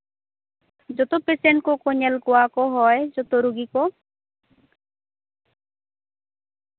ᱡᱚᱛᱚ ᱯᱮᱥᱮᱱᱴ ᱠᱚᱠᱚ ᱧᱮᱞ ᱠᱚᱣᱟ ᱠᱚ ᱦᱚᱭ ᱡᱚᱛᱚ ᱨᱩᱜᱤ ᱠᱚ